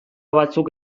batzuk